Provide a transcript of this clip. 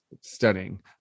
stunning